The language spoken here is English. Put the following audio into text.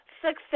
Success